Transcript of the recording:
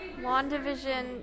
WandaVision